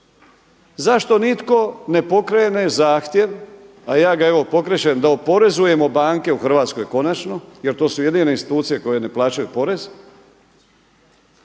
Zašto nitko ne pokrene zahtjev, a ja ga evo pokrećem da oporezujemo banke u Hrvatskoj konačno, jer to su jedine institucije koje ne plaćaju porez